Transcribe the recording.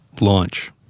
Launch